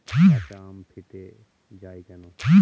কাঁচা আম ফেটে য়ায় কেন?